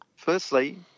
Firstly